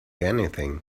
anything